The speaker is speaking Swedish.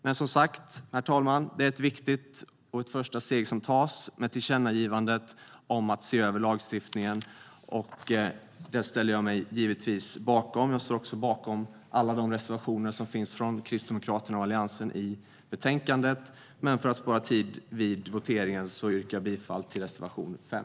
Det är som sagt ett viktigt första steg som tas med tillkännagivandet om att se över lagstiftningen, herr talman, och det ställer jag mig givetvis bakom. Jag står också bakom alla de reservationer från Kristdemokraterna i Alliansen som finns i betänkandet, men för tids vinnande vid voteringen yrkar jag bifall bara till reservation 5.